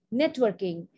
networking